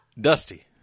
dusty